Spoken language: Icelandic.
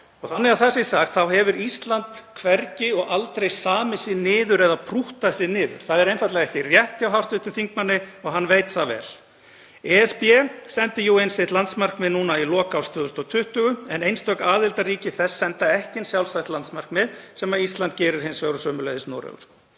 Þannig að það sé sagt hefur Ísland hvergi og aldrei samið sig niður eða prúttað sig niður. Það er einfaldlega ekki rétt hjá hv. þingmanni og hann veit það vel. ESB sendi inn landsmarkmið sitt í lok árs 2020 en einstök aðildarríki þess senda ekki sjálfstætt landsmarkmið, sem Ísland gerir hins vegar og sömuleiðis Noregur.